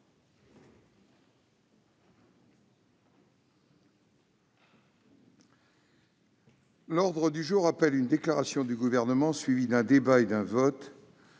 L'ordre du jour appelle une déclaration du Gouvernement, suivie d'un débat et d'un vote,